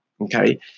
okay